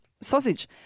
sausage